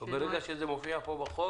כאשר זה מופיע כאן בהצעת החוק